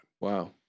Wow